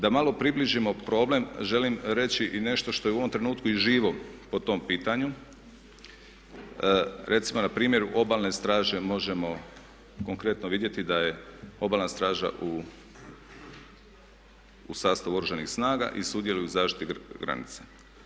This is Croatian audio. Da malo približimo problem, želim reći i nešto što je u ovom trenutku i živo po tom pitanju, recimo na primjeru Obalne straže možemo konkretno vidjeti da je Obalna straža u sastavu Oružanih snaga i sudjeluje u zaštiti granice.